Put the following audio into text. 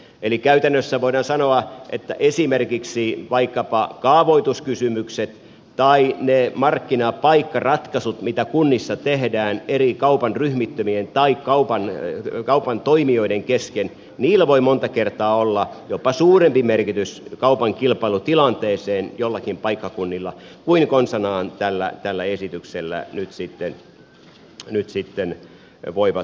eli käytännössä voidaan sanoa että esimerkiksi vaikkapa kaavoituskysymyksillä tai niillä markkinapaikkaratkaisuilla mitä kunnissa tehdään eri kaupan ryhmittymien tai kaupan toimijoiden kesken voi monta kertaa olla jopa suurempi merkitys kaupan kilpailutilanteeseen joillakin paikkakunnilla kuin konsanaan tällä esityksellä nyt sitten voi olla